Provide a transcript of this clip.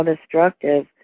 destructive